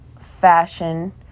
fashion